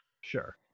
Sure